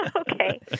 Okay